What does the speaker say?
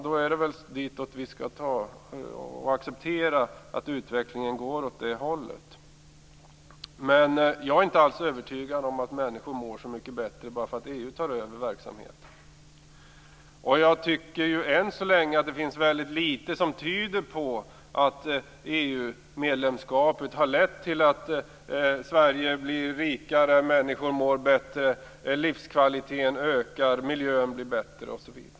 Då får vi väl acceptera att utvecklingen går åt det hållet. Men jag är inte alls övertygad om att människor mår så mycket bättre bara för att EU tar över verksamheten. Jag tycker att det än så länge finns väldigt litet som tyder på att EU-medlemskapet har lett till att Sverige blir rikare, människor mår bättre, livskvaliteten ökar, miljön blir bättre osv.